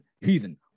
Heathen